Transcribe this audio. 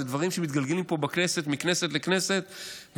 אלה דברים שמתגלגלים פה בכנסת מכנסת לכנסת,